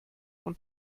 von